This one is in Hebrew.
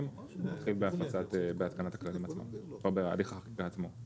נתחיל בהתקנת הכללים או בהליך החקיקה עצמו.